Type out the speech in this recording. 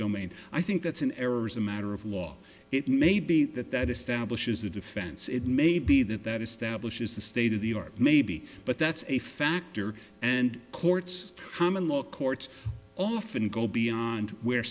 domain i think that's an error as a matter of law it may be that that establishes a defense it may be that that establishes the state of the art maybe but that's a factor and courts common law courts often go beyond where